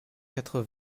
quatre